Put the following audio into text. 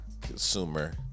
consumer